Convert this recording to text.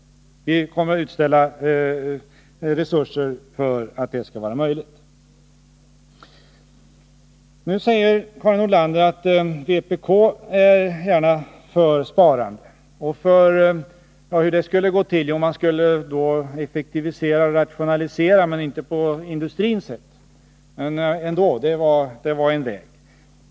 Vi kommer att ställa resurser till förfogande för att det skall vara möjligt. Nu säger Karin Nordlander att vpk är för att det sparas. Hur skulle det då gå till? Jo, man skulle effektivisera och rationalisera men inte på industrins sätt.